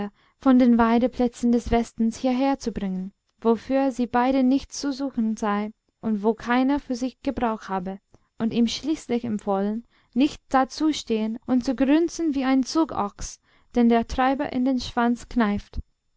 von den weideplätzen des westens hierher zu bringen wo für sie beide nichts zu suchen sei und wo keiner für sie gebrauch habe und ihm schließlich empfohlen nicht dazustehen und zu grunzen wie ein zugochs den der treiber in den schwanz kneift